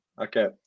Okay